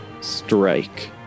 Strike